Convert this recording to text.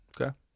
Okay